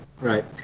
right